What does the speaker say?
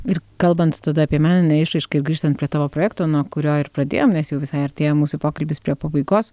ir kalbant tada apie meninę išraišką ir grįžtant prie tavo projekto nuo kurio ir pradėjom mes jau visai artėjam mūsų pokalbis prie pabaigos